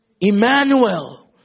Emmanuel